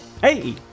hey